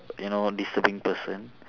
you know disturbing person